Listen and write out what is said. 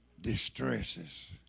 distresses